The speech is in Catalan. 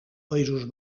països